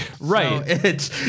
Right